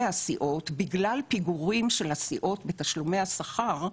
הסיעות בגלל פיגורים של הסיעות בתשלומי השכר,